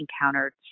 encountered